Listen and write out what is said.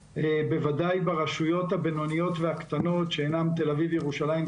ברשויות הבינוניות והקטנות שאינן תל-אביב וירושלים,